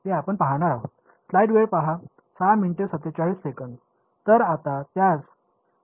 तर आता त्यास एफईएम चौकटीत टाकू